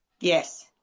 Yes